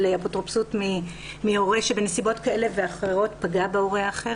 אפוטרופסות מהורה שבנסיבות כאלה ואחרות פגע בהורה האחר,